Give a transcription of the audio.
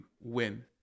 win